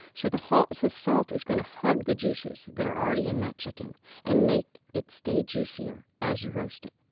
so the so salt is going to hug the juices that are already in that chicken and make it stay juicier as you roast it.